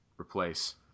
Replace